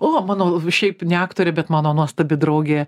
o mano šiaip ne aktorė bet mano nuostabi draugė